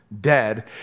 dead